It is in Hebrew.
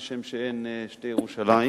כשם שאין שתי ירושלים.